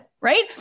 Right